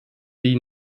die